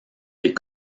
les